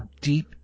deep